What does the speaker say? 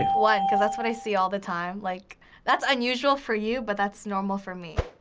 one, cause that's what i see all the time. like that's unusual for you, but that's normal for me.